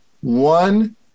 one